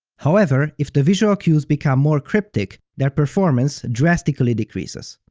however, if the visual cues become more cryptic, their performance drastically decreases.